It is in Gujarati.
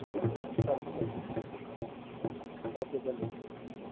ઓકે ઓકે સારું સારું ઓકે ઓકે ડન